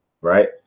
right